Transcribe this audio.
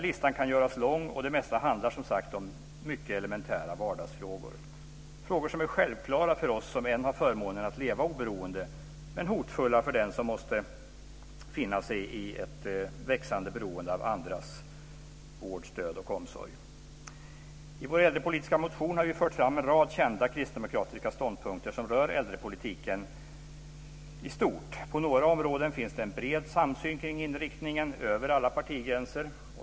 Listan kan göras lång, och det mesta handlar som sagt om mycket elementära vardagsfrågor. Det är frågor som är självklara för oss som ännu har förmånen att leva ett oberoende liv, men hotfulla för den som måste finna sig i ett växande beroende av andras vård, stöd och omsorg. I vår äldrepolitiska motion har vi fört fram en rad kända kristdemokratiska ståndpunkter som rör äldrepolitiken i stort. På några områden finns det en bred samsyn kring inriktningen - över alla partigränser.